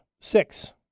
six